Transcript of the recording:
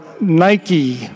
Nike